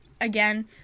again